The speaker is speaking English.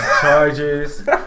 Charges